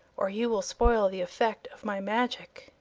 or you will spoil the effect of my magic.